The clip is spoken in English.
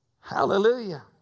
Hallelujah